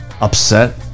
upset